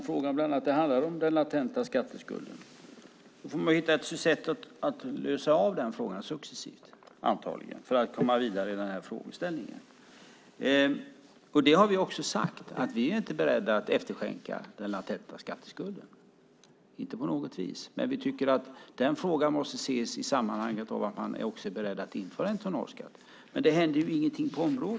Fru talman! Det är just den latenta skatteskulden frågan handlar om. Antagligen måste man hitta ett sätt att successivt lösa den frågan för att komma vidare. Vi har sagt att vi inte är beredda att efterskänka den latenta skatteskulden, inte på något vis, men vi tycker att frågan måste ses i anslutning till att man är beredd att införa en tonnageskatt. Ingenting händer på detta område.